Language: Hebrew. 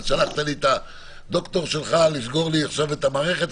שלחת לי את הד"ר שלך לסגור לי עכשיו את המערכת?